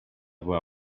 była